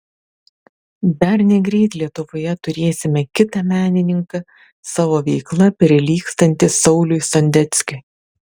dar negreit lietuvoje turėsime kitą menininką savo veikla prilygstantį sauliui sondeckiui